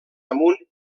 amunt